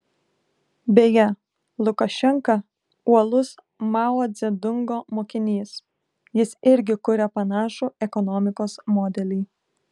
beje lukašenka uolus mao dzedungo mokinys jis irgi kuria panašų ekonomikos modelį